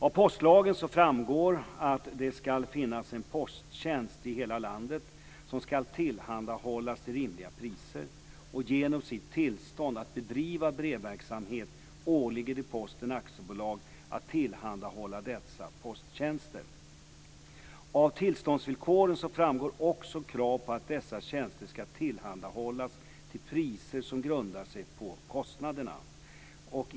Av postlagen framgår att det ska finnas en posttjänst i hela landet som ska tillhandahållas till rimliga priser. Genom sitt tillstånd att bedriva brevverksamhet åligger det Posten AB att tillhandahålla dessa posttjänster. Av tillståndsvillkoren framgår också krav på att dessa tjänster ska tillhandahållas till priser som grundar sig på kostnaderna.